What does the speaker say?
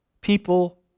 people